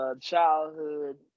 childhood